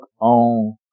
on